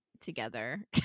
together